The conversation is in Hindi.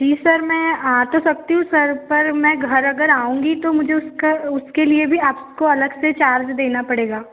जी सर मैं आ तो सकती हूँ सर पर मैं घर अगर आऊँगी तो मुझे उसका उसके लिए भी आपको अलग से चार्ज देना पड़ेगा